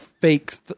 fake